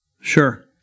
Sure